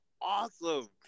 awesome